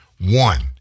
one